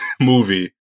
movie